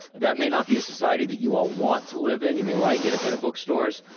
that may not be a society that you all want to live in. you may like independent bookstores.